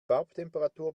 farbtemperatur